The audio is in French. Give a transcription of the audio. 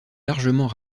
largement